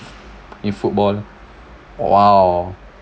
in football !wow!